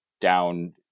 down